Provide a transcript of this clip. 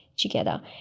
Together